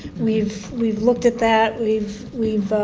we've we've looked at that, we've we've